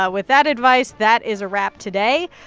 ah with that advice that is a wrap today.